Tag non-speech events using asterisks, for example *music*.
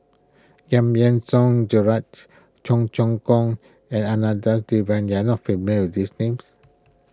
Giam Yean Song Gerald *noise* Cheong Choong Kong and Janadas Devan you are not familiar these names